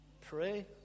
pray